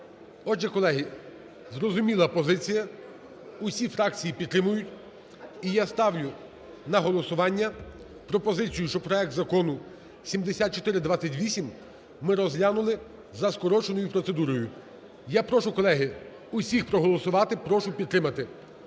Отже, колеги, зрозуміла позиція, усі фракції підтримують. І я ставлю на голосування пропозицію, щоб проект Закону 7428 ми розглянули за скороченою процедурою. Я прошу, колеги, усіх проголосувати. Прошу підтримати.